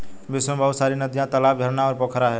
विश्व में बहुत सारी नदियां, तालाब, झरना और पोखरा है